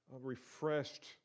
refreshed